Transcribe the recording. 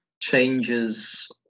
changes